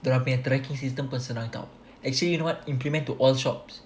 dorang punya tracking system pun senang tau actually you know what implement to all shops